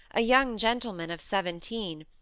a young gentleman of seventeen,